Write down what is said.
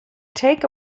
take